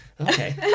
Okay